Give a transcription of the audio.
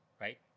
right